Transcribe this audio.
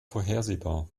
vorhersehbar